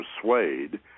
persuade